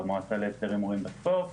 למועצה להסדר הימורים בספורט,